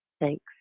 Thanks